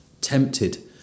tempted